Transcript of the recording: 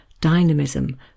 dynamism